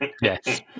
Yes